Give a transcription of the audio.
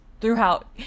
throughout